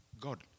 God